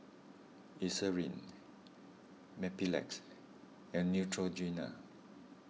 Eucerin Mepilex and Neutrogena